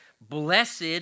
Blessed